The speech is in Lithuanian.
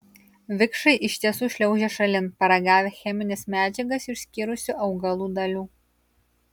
vikšrai iš tiesų šliaužia šalin paragavę chemines medžiagas išskyrusių augalų dalių